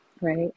Right